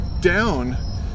down